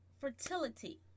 fertility